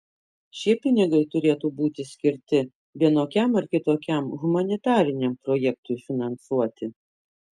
šie pinigai turėtų būti skirti vienokiam ar kitokiam humanitariniam projektui finansuoti